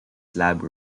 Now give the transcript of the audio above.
slab